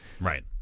Right